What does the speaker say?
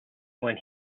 when